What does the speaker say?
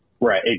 Right